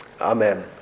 Amen